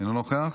אינו נוכח.